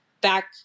back